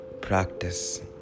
practice